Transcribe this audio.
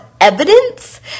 evidence